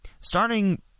Starting